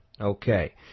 Okay